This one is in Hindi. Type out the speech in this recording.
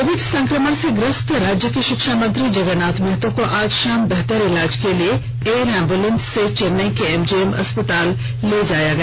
कोविड संकमण से ग्रस्त राज्य के शिक्षा मंत्री जगरनाथ महतो को आज शाम बेहतर इलाज के लिए एयर एंब्लेंस से चेन्नई के एमजीएम अस्पताल ले जाया गया